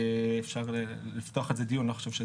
אפשר לפתוח על זה דיון.